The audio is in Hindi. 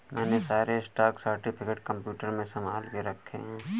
मैंने सारे स्टॉक सर्टिफिकेट कंप्यूटर में संभाल के रखे हैं